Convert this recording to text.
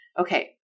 Okay